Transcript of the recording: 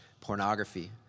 pornography